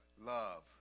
love